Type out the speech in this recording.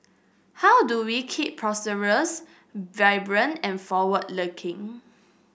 how do we keep prosperous vibrant and forward looking